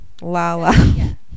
Lala